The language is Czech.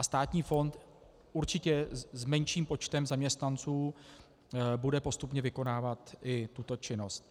Státní fond určitě s menším počtem zaměstnanců bude postupně vykonávat i tuto činnost.